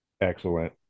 Excellent